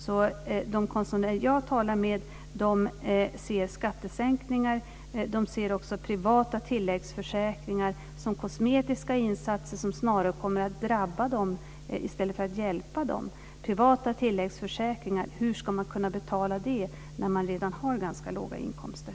De konstnärer jag talar med ser skattesänkningar och även privata tilläggsförsäkringar som kosmetiska insatser som snarare kommer att drabba dem än hjälpa dem. Och hur ska man kunna betala privata tilläggsförsäkringar när man redan har ganska låga inkomster?